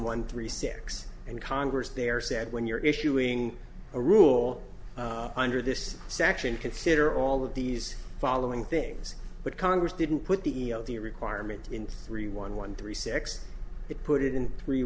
one three six and congress there said when you're issuing a rule under this section consider all of these following things but congress didn't put the e l t requirement in three one one three six it put it in three